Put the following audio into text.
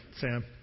Sam